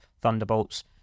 Thunderbolts